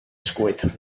squid